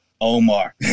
Omar